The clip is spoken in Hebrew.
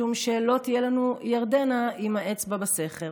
משום שלא תהיה לנו ירדנה עם האצבע בסכר.